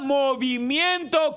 movimiento